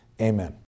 Amen